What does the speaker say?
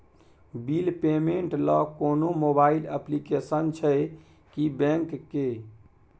Bill payment ल कोनो mobile application छै की बैंक के?